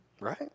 Right